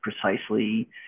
precisely